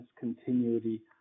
continuity